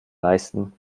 leisten